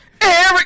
Eric